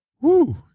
Woo